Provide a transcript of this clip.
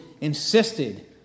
insisted